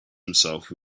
himself